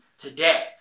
today